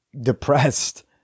depressed